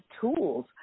tools